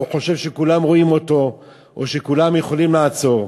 הוא חושב שכולם רואים אותו או שכולם יכולים לעצור.